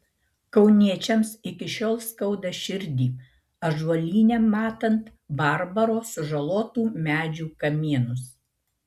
kauniečiams iki šiol skauda širdį ąžuolyne matant barbaro sužalotų medžių kamienus